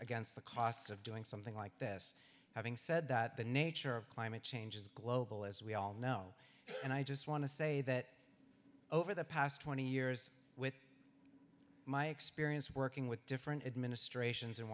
against the costs of doing something like this having said that the nature of climate change is global as we all know and i just want to say that over the past twenty years with my experience working with different administrations in